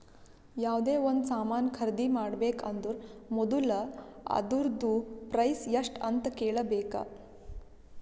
ಯಾವ್ದೇ ಒಂದ್ ಸಾಮಾನ್ ಖರ್ದಿ ಮಾಡ್ಬೇಕ ಅಂದುರ್ ಮೊದುಲ ಅದೂರ್ದು ಪ್ರೈಸ್ ಎಸ್ಟ್ ಅಂತ್ ಕೇಳಬೇಕ